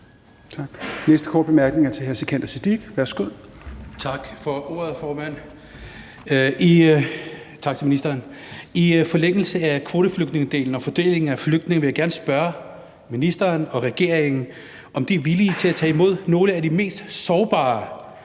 næste korte bemærkning er til hr. Sikandar Siddique. Værsgo. Kl. 13:12 Sikandar Siddique (FG): Tak for ordet, formand. Tak til ministeren. I forlængelse af kvoteflygtningedelen og fordelingen af flygtninge vil jeg gerne spørge ministeren og regeringen, om de er villige til at tage imod nogle af de mest sårbare